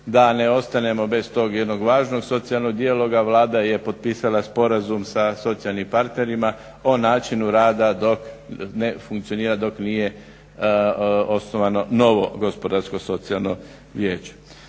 da ne ostanemo bez tog jednog važnog socijalnog dijaloga Vlada je potpisala Sporazum sa socijalnim partnerima o načinu rada dok ne funkcionira, dok nije osnovano novo gospodarsko-socijalno vijeće.